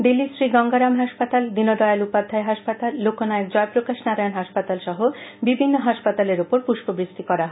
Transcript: দিল্লির শ্রীগঙ্গারাম হাসপাতাল দীনদয়াল উপাধ্যায় হাসপাতাল লোকনায়ক জয়প্রকাশ নারায়ণ হাসপাতাল সহ বিভিন্ন হাসপাতালের উপর পুষ্পবৃষ্টি করা হয়